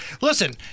Listen